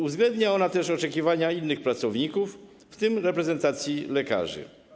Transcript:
Uwzględnia ona też oczekiwania innych pracowników, w tym reprezentacji lekarzy.